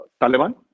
Taliban